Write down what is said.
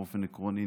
באופן עקרוני,